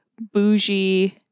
bougie